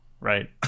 right